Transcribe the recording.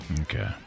Okay